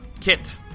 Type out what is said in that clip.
Kit